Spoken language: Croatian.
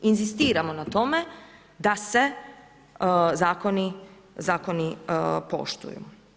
Inzistiramo na tome da se zakoni poštuju.